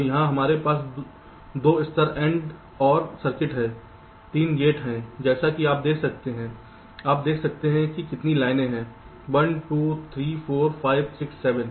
तो यहां हमारे पास 2 स्तर AND OR सर्किट हैं 3 गेट हैं जैसा कि आप देख सकते हैं आप देख सकते हैं कि कितनी लाइनें हैं 1 2 3 4 5 6 7